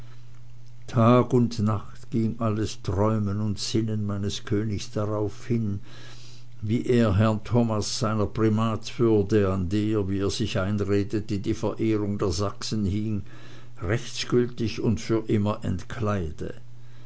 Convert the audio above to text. tag und nacht ging alles träumen und sinnen meines königs darauf hin wie er herrn thomas seiner primaswürde an der wie er sich einredete die verehrung der sachsen hing rechtsgültig und für immer entkleide